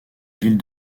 ville